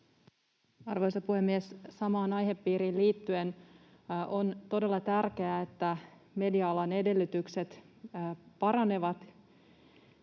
Arvoisa puhemies! Samaan aihepiiriin liittyen: On todella tärkeää, että media-alan edellytykset paranevat